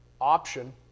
option